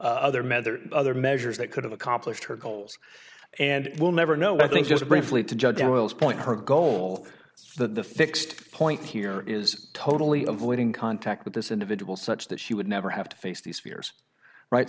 or other measures that could have accomplished her goals and we'll never know but i think just briefly to judge their wills point her goal the fixed point here is totally avoiding contact with this individual such that she would never have to face these fears right